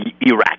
Iraq